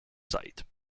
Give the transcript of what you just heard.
site